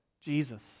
Jesus